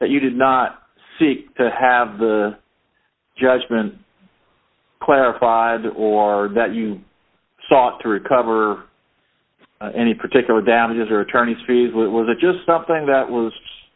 that you did not seek to have the judgment clarified or that you sought to recover any particular damages or attorney's fees what was it just something that was